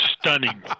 stunning